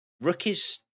rookies